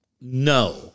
No